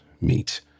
meet